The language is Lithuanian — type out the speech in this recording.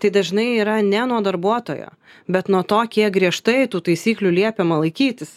tai dažnai yra ne nuo darbuotojo bet nuo to kiek griežtai tų taisyklių liepiama laikytis